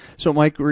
so mike,